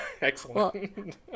Excellent